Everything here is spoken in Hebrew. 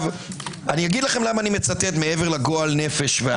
אומר לכם למה אני מצטט מעבר לגועל נפש.